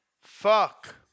Fuck